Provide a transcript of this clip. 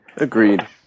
Agreed